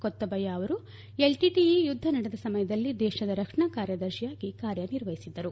ಕೊತ್ತಬಯ್ಯ ಅವರು ಎಲ್ಟಿಟಿಇ ಯುದ್ದ ನಡೆದ ಸಮಯದಲ್ಲಿ ದೇಶದ ರಕ್ಷಣಾ ಕಾರ್ಯದರ್ಶಿಯಾಗಿ ಕಾರ್ಯ ನಿರ್ವಹಿಸಿದ್ದರು